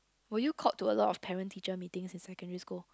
were you called to a lot of parent teacher meeting in secondary school